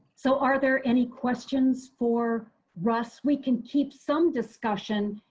so are there any questions for russ, we can keep some discussion